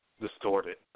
distorted